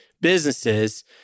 businesses